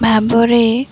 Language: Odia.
ଭାବରେ